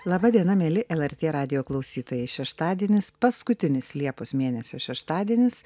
laba diena mieli lrt radijo klausytojai šeštadienis paskutinis liepos mėnesio šeštadienis